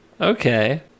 Okay